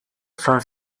son